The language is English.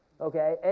okay